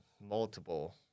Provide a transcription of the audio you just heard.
multiple